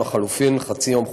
או לחלופין חצי יום חופשה,